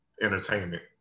entertainment